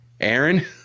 Aaron